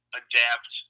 adapt